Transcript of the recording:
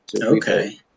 Okay